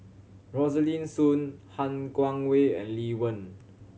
Rosaline Soon Han Guangwei and Lee Wen